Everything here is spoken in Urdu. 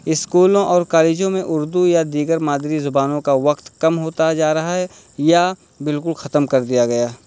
اسکولوں اور کالجوں میں اردو یا دیگر مادری زبانوں کا وقت کم ہوتا جا رہا ہے یا بالکل ختم کر دیا گیا ہے